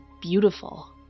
beautiful